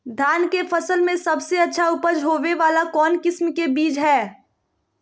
धान के फसल में सबसे अच्छा उपज होबे वाला कौन किस्म के बीज हय?